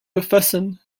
befassen